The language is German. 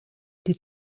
die